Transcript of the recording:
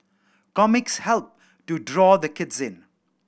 comics help to draw the kids in